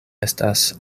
estas